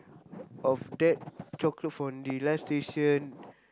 of that chocolate fondue live station